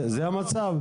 לא.